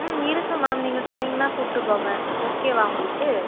ம் இருக்குது மேம் நீங்கள் சொன்னீங்கன்னால் கூட்டுப் போவேன் ஓகேவா உங்களுக்கு